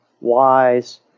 wise